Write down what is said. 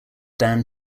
dan